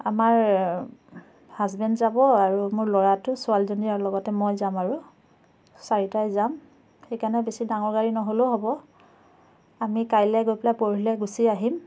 আমাৰ হাজবেণ্ড যাব আৰু মোৰ ল'ৰাটো ছোৱালীজনী আৰু লগতে মই যাম আৰু চাৰিটাই যাম সেইকাৰণে বেছি ডাঙৰ গাড়ী নহ'লেও হ'ব আমি কাইলে গৈ পেলাই পৰহিলে গুচি আহিম